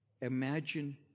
Imagine